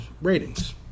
ratings